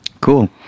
Cool